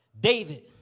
David